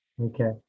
Okay